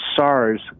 SARS